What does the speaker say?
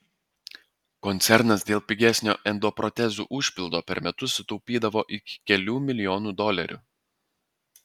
koncernas dėl pigesnio endoprotezų užpildo per metus sutaupydavo iki kelių milijonų dolerių